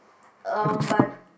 um but